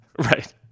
Right